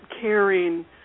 caring